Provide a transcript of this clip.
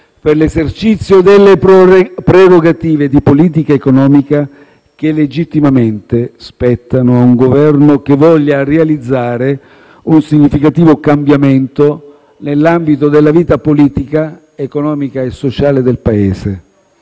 per l'esercizio delle prerogative di politica economica che legittimamente spettano a un Governo che voglia realizzare un significativo cambiamento nell'ambito della vita politica, economica e sociale del Paese.